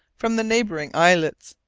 from the neighbouring islets,